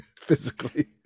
physically